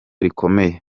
rikomeye